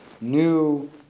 new